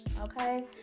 okay